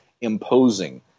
imposing